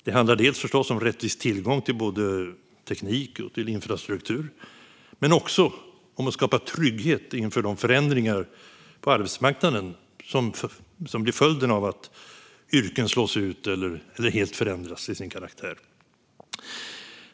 Det handlar om rättvis tillgång till både teknik och infrastruktur men också om att skapa trygghet inför de förändringar på arbetsmarknaden som blir följden av att yrken slås ut eller helt förändras till sin karaktär.